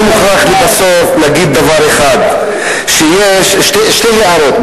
לסיום, אני מוכרח לומר שתי הערות.